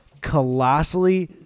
colossally –